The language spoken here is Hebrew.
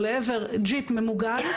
או לעבר ג'יפ ממוגן,